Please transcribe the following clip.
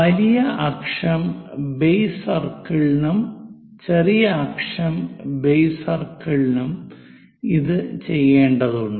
വലിയ അക്ഷം ബേസ് സർക്കിളിനും ചെറിയ അക്ഷം ബേസ് സർക്കിളിനും ഇത് ചെയ്യേണ്ടതുണ്ട്